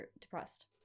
depressed